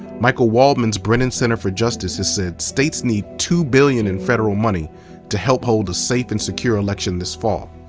michael waldman's brennan center for justice has said states need two billion dollars in federal money to help hold a safe and secure election this fall.